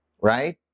right